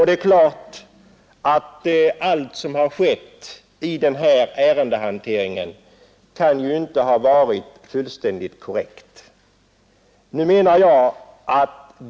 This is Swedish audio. Det är klart att allt som då skett vid ärendehanteringen kanske inte varit fullständigt korrekt.